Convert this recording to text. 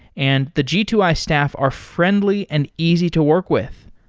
and the g two i staff are friendly and easy to work with.